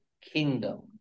kingdom